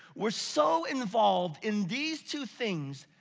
we're so involved in these two things,